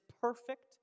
Perfect